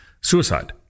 suicide